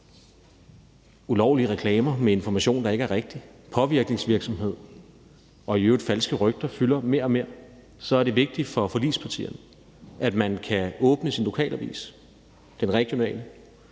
ulovlige reklamer med information, der ikke er rigtig, påvirkningsvirksomhed og i øvrigt falske rygter fylder mere og mere, er det vigtigt for forligspartierne, at man kan åbne sin lokale eller regionale